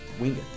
wing